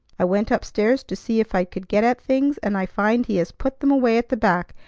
i went up-stairs to see if i could get at things, and i find he has put them away at the back,